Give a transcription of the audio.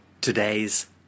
Today's